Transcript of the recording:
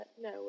no